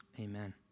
Amen